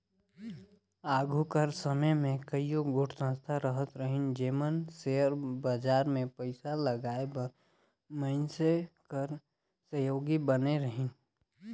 आघु कर समे में कइयो गोट संस्था रहत रहिन जेमन सेयर बजार में पइसा लगाए बर मइनसे कर सहयोगी बने रहिन